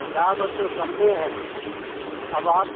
लाभ तो सबमे है अब आप